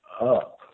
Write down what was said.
up